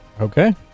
okay